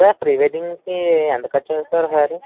sir ప్రీ వెడ్డింగ్కి ఎంత ఖర్చువుద్ది సార్